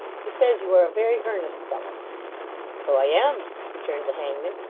he says you are a very earnest fellow so i am returned the hangman.